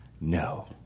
No